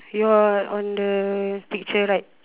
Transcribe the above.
you are on the picture right